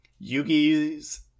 Yugi's